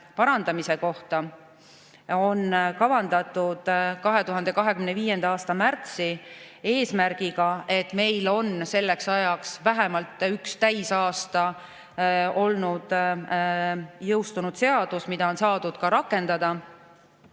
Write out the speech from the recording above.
parandamise kohta on kavandatud 2025. aasta märtsi, [arvestades], et meil on selleks ajaks vähemalt üks täisaasta olnud jõustunud seadus, mida on saadud ka rakendada.